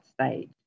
stage